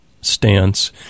stance